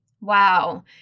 Wow